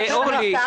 אורלי.